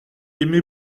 aimé